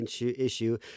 issue